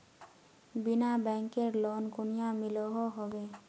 बिना बैंकेर लोन कुनियाँ मिलोहो होबे?